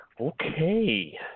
Okay